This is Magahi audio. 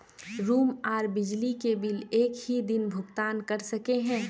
रूम आर बिजली के बिल एक हि दिन भुगतान कर सके है?